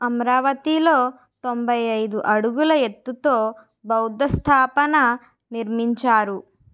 అమరావతిలో తొంభై ఐదు అడుగుల ఎత్తుతో బౌద్ధ స్థాపన నిర్మించారు